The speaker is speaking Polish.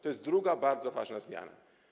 To jest druga bardzo ważna zmiana.